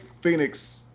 Phoenix